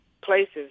places